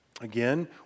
Again